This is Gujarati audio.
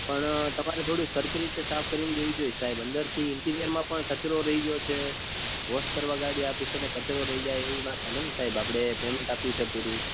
પણ તમારે થોડી સરખી રીતે સાફ કરીને દેવી જોઈએ સાહેબ અંદરથી ઇન્ટિરિયરમાં પણ કચરો રહી ગયો છે વૉશ કરવા ગાડી આપી છે ને કચરો રહી જાય એવું ના ચાલે ને સાહેબ આપણે પેમેન્ટ આપ્યું છે પૂરું